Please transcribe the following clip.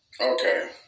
Okay